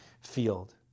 field